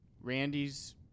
Randy's